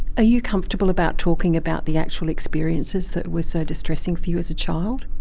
you comfortable about talking about the actual experiences that were so distressing for you as a child?